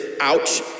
ouch